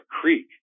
creek